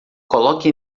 coloque